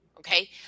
Okay